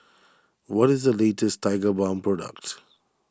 what is the latest Tigerbalm products